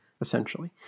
essentially